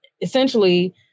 essentially